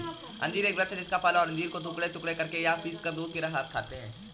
अंजीर एक वृक्ष का फल है और अंजीर को टुकड़े टुकड़े करके या पीसकर दूध के साथ खाते हैं